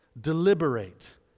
deliberate